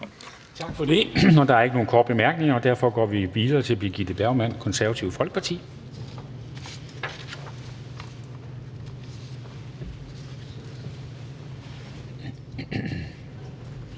Tak for det. Der er ikke nogen korte bemærkninger, og da der er blevet hilst fra Det Konservative Folkeparti,